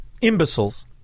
imbeciles